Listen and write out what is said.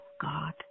God